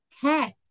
cats